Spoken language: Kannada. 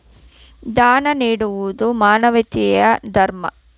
ದಾನ ನೀಡುವುದು ಮಾನವೀಯತೆಯ ಧರ್ಮ